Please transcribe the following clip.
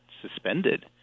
suspended